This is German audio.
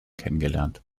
kennengelernt